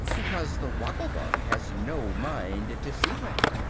because the woggle-bug has no mind to see with.